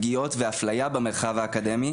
פגיעות ואפלייה במרחב האקדמי,